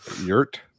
yurt